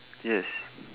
yes